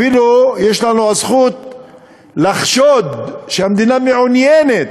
אפילו יש לנו הזכות לחשוד שהמדינה מעוניינת